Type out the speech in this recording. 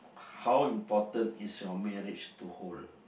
how important is your marriage to hold